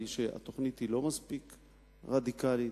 הן שהתוכנית היא לא מספיק רדיקלית.